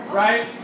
right